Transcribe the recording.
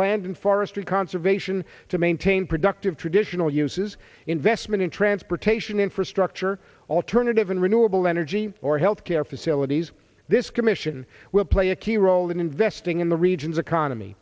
land and forestry conservation to maintain productive traditional uses investment in transportation infrastructure alternative and renewable energy or health care facilities this commission will play a key role in investing in the region's economy